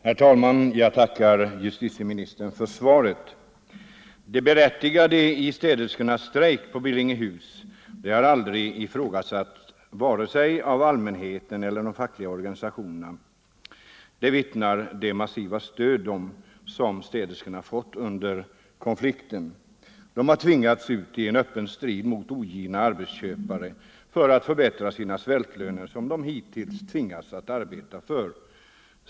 Herr talman! Jag tackar justitieministern för svaret. Det berättigade i städerskestrejken på Billingehus har aldrig ifrågasatts av vare sig allmänheten eller fackliga organisationer. Därom vittnar det massiva stöd som städerskorna fått under konflikten. De har tvingats ut i öppen strid mot ogina arbetsköpare för att förbättra de svältlöner som de hittills tvingats arbeta för.